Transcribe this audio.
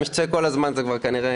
מי שצועק כל הזמן, זה כבר כנראה...